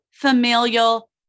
familial